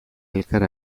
elkar